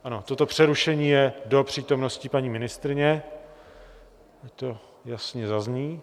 Ano, toto přerušení je do přítomnosti paní ministryně, ať to jasně zazní.